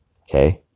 okay